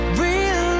real